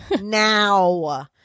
now